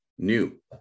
new